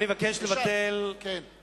אני אשאל את כולם, אל תדאגו.